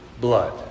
blood